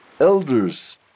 elders